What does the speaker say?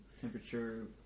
Temperature